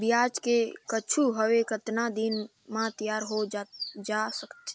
पियाज के गाछी हवे कतना दिन म तैयार हों जा थे?